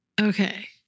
Okay